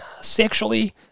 sexually